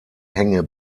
hänge